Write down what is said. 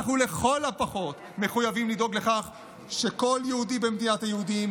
אנחנו לכל הפחות מחויבים לדאוג לכך שכל יהודי במדינת היהודים